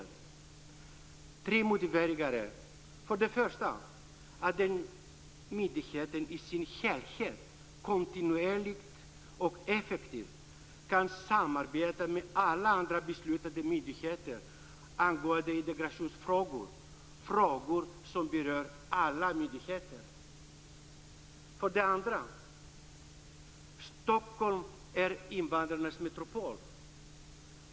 Jag anger följande tre motiveringar. För det första kan myndigheten i sin helhet kontinuerligt och effektivt samarbeta med alla andra beslutande myndigheter angående integrationsfrågor, frågor som berör alla myndigheter. För det andra är Stockholm invandrarnas metropol.